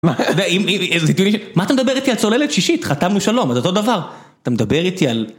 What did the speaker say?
מה אתה מדבר איתי על צוללת שישית? חתמנו שלום, זה אותו דבר. אתה מדבר איתי על...